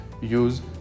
use